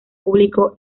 público